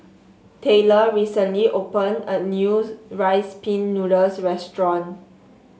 Tayler recently open a new Rice Pin Noodles restaurant